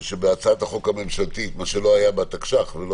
שבהצעת החוק הממשלתית מה שלא היה בתקש"ח ולא